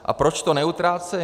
A proč to neutrácejí?